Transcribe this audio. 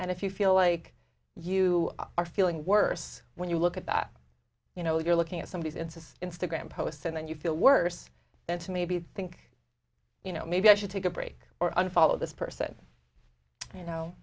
and if you feel like you are feeling worse when you look at that you know you're looking at somebody and says instagram posts and then you feel worse then to maybe think you know maybe i should take a break or unfollowed this person you know